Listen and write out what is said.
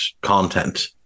content